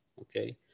Okay